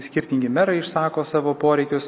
skirtingi merai išsako savo poreikius